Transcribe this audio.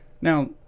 Now